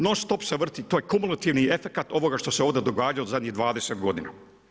Non-stop se vrti, to je kumulativni efekat ovoga što se ovdje dešava zadnjih 20 godina.